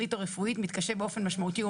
שכלית או רפואית מתקשה באופן משמעותי או